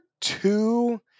two